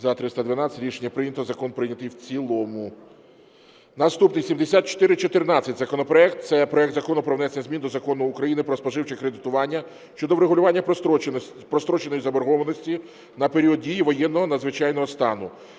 За-312 Рішення прийнято. Закон прийнятий в цілому. Наступний, 7414 законопроект – це проект Закону про внесення змін до Закону України "Про споживче кредитування" щодо врегулювання простроченої заборгованості на період дії воєнного, надзвичайного стану.